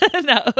No